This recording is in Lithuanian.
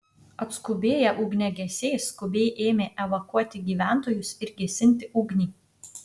atskubėję ugniagesiai skubiai ėmė evakuoti gyventojus ir gesinti ugnį